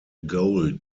goal